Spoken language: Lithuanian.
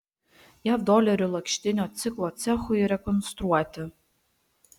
jav dolerių lakštinio stiklo cechui rekonstruoti